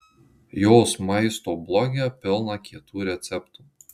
jos maisto bloge pilna kietų receptų